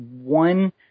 one